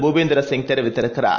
பூபேந்தி ரசிங்தெரிவித்திருக்கிறார்